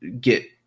get